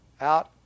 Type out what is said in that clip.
out